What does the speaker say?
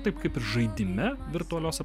taip kaip ir žaidime virtualios